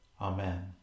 Amen